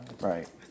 Right